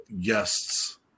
guests